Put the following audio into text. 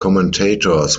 commentators